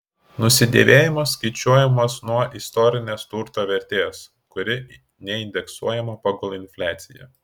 nusidėvėjimas skaičiuojamas nuo istorinės turto vertės kuri neindeksuojama pagal infliaciją